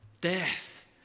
death